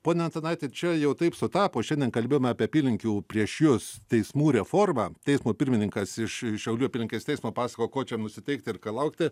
pone antanaiti čia jau taip sutapo šiandien kalbėjom apie apylinkių prieš jus teismų reformą teismo pirmininkas iš šiaulių apylinkės teismo pasakojo ko čia nusiteikti ir ką laukti